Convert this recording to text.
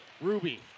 Ruby